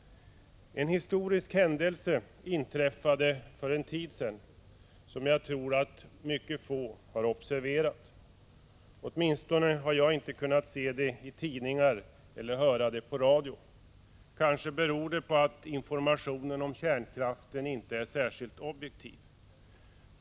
En historisk händelse inträffade för en tid sedan som jag tror att mycket få har observerat. Åtminstone har jag inte kunnat se det i tidningar eller höra det på radio. Kanske beror det på att informationen om kärnkraften inte är särskilt objektiv.